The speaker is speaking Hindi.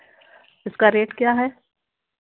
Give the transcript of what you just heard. इसका रेट क्या है